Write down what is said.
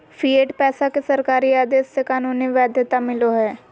fiat पैसा के सरकारी आदेश से कानूनी वैध्यता मिलो हय